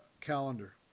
calendar